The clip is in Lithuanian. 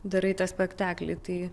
darai tą spektaklį tai